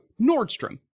Nordstrom